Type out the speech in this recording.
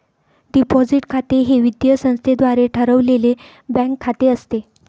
deposit खाते हे वित्तीय संस्थेद्वारे ठेवलेले बँक खाते असते